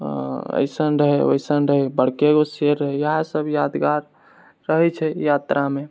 ऐसन रहै वैसन रहै बड़कागो शेर रहै इहए सब यादगार रहै छै यात्रामे